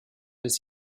des